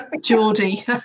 Geordie